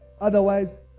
Otherwise